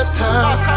time